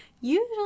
usually